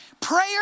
Prayer